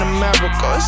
America